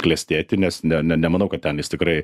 klestėti nes ne nemanau kad ten jis tikrai